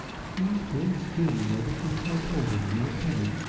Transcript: he's been scheming, ever since i told him you were coming,